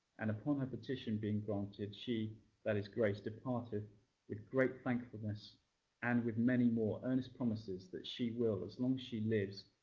and upon her petition being granted, she that is, grace departed with great thankfulness and with many more earnest promises that she will, as long she lives,